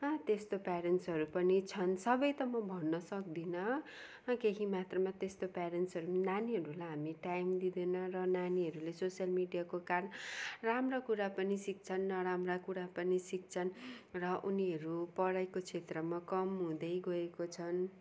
त्यस्तो प्यारेन्ट्सहरू पनि छन् सबै त म भन्न सक्दिनँ केही मात्रामा त्यस्तो प्यारेन्ट्सहरू पनि नानीहरूलाई हामी टाइम दिँदैन र नानीहरूले सोसियल मिडियाको कारण राम्रो कुरा पनि सिक्छन् नराम्रा कुरा पनि सिक्छन् र उनीहरू पढाइको क्षेत्रमा कम हुँदै गएको छन्